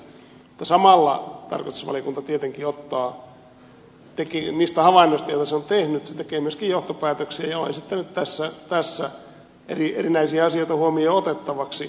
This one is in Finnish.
mutta samalla tarkastusvaliokunta tietenkin tekee niistä havainnoista joita se on tehnyt myöskin johtopäätöksiä ja on esittänyt tässä erinäisiä asioita huomioon otettavaksi